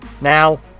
now